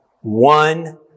one